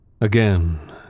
Again